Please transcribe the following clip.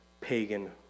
pagan